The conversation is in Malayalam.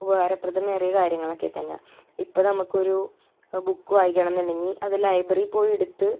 ഉപകാരപ്രദമേറിയ കാര്യങ്ങളൊക്കെ തന്നാണ് ഇപ്പം നമുക്കൊരു ബുക്ക് വായിക്കണം എന്നുണ്ടെങ്കിൽ അത് ലൈബറി പോയി എടുത്ത്